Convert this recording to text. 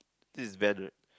this is van [right]